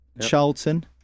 Charlton